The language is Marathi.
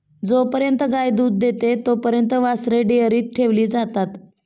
जोपर्यंत गाय दूध देते तोपर्यंत वासरे डेअरीत ठेवली जातात